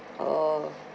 oh